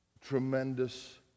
tremendous